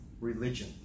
religion